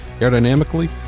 aerodynamically